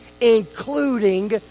including